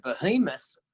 behemoth